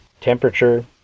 temperature